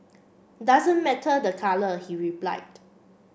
doesn't matter the colour he replied